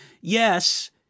yes